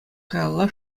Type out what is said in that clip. каялла